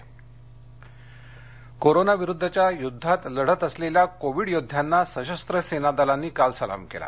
सैन्यसलाम कोरोनाविरुद्धच्या युद्धात लढत असलेल्या कोविड योद्ध्यांना सशस्त्र सेना दलांनी काल सलाम केला